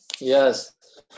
Yes